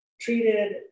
treated